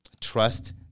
trust